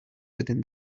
within